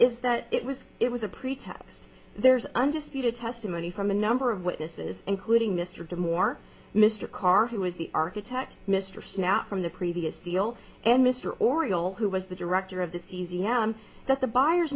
is that it was it was a pretext there's undisputed testimony from a number of witnesses including mr moore mr carr who was the architect mr snout from the previous deal and mr oriel who was the director of the cesium that the buyers